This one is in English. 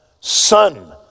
Son